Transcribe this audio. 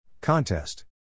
Contest